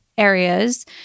areas